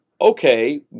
okay